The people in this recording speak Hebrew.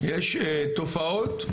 יש תופעות,